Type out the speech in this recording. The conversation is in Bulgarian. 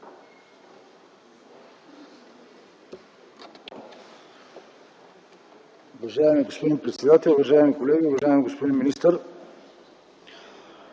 Уважаеми господин председател, уважаеми колеги! Уважаеми господин министър,